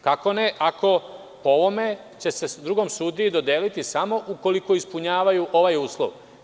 Kako ne, ako ne, po ovome će se drugom sudiji dodeliti smo ukoliko ispunjavaju ovaj uslov.